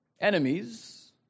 enemies